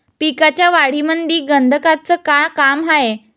पिकाच्या वाढीमंदी गंधकाचं का काम हाये?